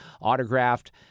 autographed